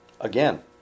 Again